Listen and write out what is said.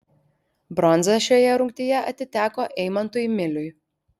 bronza šioje rungtyje atiteko eimantui miliui